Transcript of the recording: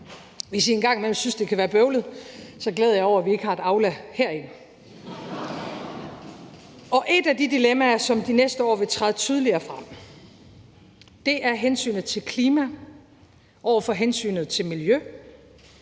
Hvis I en gang imellem synes, det kan være bøvlet, så glæd jer over, at vi ikke har et Aula herinde. Og et af de dilemmaer, som de næste år vil træde tydeligere frem, er hensynet til klima over for hensynet til miljø,